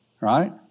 Right